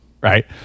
right